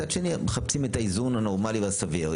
מצד שני, אנחנו מחפשים איזון נורמלי וסביר.